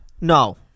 no